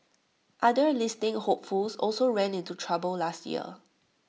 other listing hopefuls also ran into trouble last year